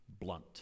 blunt